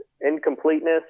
incompleteness